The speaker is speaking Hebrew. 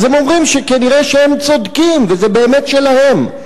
הם אומרים שכנראה הם צודקים וזה באמת שלהם.